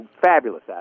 Fabulous